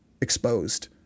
exposed